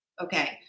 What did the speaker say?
Okay